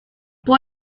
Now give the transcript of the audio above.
por